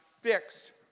fixed